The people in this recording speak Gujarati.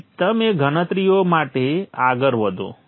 પછી તમે ગણતરીઓ સાથે આગળ વધો